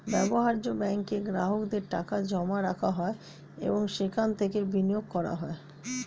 ব্যবহার্য ব্যাঙ্কে গ্রাহকদের টাকা জমা রাখা হয় এবং সেখান থেকে বিনিয়োগ করা হয়